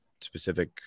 specific